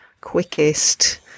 quickest